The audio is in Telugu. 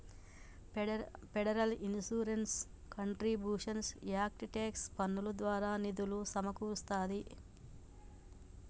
federal insurance contributions act tax పన్నుల ద్వారా నిధులు సమకూరుస్తాంది